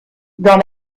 dans